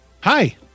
Hi